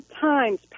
times